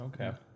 Okay